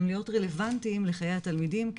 גם להיות רלבנטיים לחיי התלמידים,